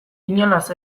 inolaz